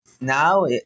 now